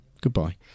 Goodbye